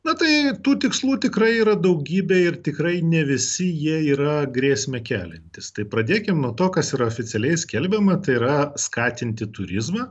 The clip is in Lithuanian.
na tai tų tikslų tikrai yra daugybė ir tikrai ne visi jie yra grėsmę keliantys tai pradėkim nuo to kas yra oficialiai skelbiama tai yra skatinti turizmą